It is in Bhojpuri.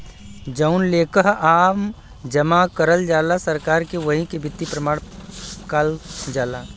जउन लेकःआ जमा करल जाला सरकार के वही के वित्तीय प्रमाण काल जाला